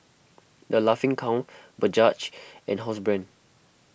the Laughing Cow Bajaj and Housebrand